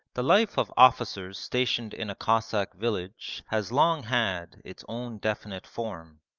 the life of officers stationed in a cossack village has long had its own definite form.